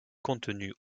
contenus